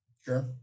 Sure